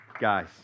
guys